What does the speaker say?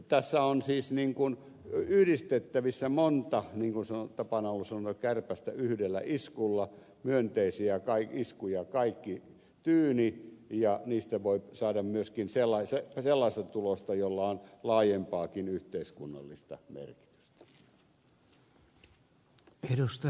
tässä on siis yhdistettävissä monta niin kuin tapana on ollut sanoa kärpästä yhdellä iskulla myönteisiä iskuja kaikki tyynni ja niistä voi saada myöskin sellaista tulosta jolla on laajempaakin yhteiskunnallista merkitystä